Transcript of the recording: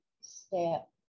step